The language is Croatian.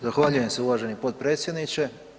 Zahvaljujem se uvaženi potpredsjedniče.